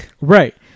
Right